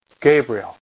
Gabriel